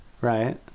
Right